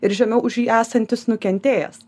ir žemiau už jį esantis nukentėjęs